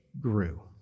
grew